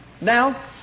Now